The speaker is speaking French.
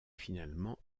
finalement